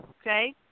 okay